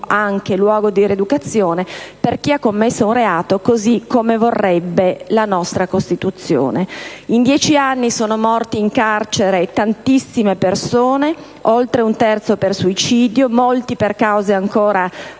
anche di rieducazione per chi ha commesso un reato come vorrebbe la nostra Costituzione. In dieci anni sono morte in carcere tantissime persone, oltre un terzo per suicidio e molte per cause ancora